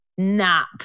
nap